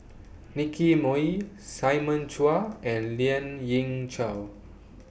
Nicky Moey Simon Chua and Lien Ying Chow